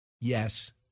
Yes